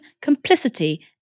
Complicity